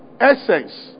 essence